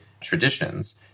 traditions